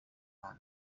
معنى